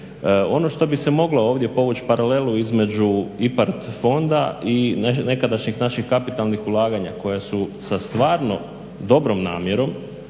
Ono što bi se moglo ovdje povući paralelu između IPARD fonda i nekadašnjih naših kapitalnih ulaganja koja su sa stvarno dobrom namjerom